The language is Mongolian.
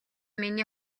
миний